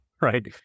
right